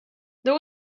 there